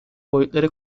boyutları